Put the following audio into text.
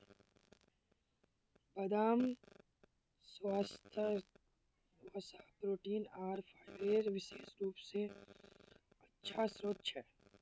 बदाम स्वास्थ्यवर्धक वसा, प्रोटीन आर फाइबरेर विशेष रूप स अच्छा स्रोत छ